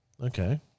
Okay